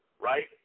right